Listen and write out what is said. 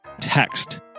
text